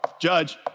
Judge